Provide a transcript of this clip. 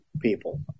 people